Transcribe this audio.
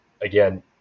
again